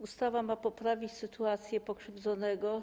Ustawa ma poprawić sytuację pokrzywdzonego.